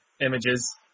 images